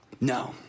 No